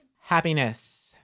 Happiness